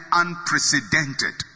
unprecedented